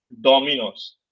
Domino's